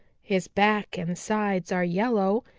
his back and sides are yellow,